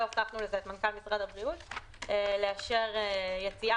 והוספנו לזה את מנכ"ל משרד הבריאות לאשר יציאה